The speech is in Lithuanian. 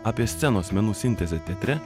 apie scenos menų sintezę teatre